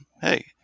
hey